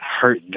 hurt